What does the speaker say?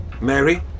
Mary